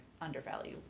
undervalue